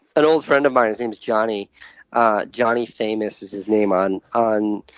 and old friend of mine his name is jonny ah jonny famous is his name on on